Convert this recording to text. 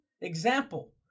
example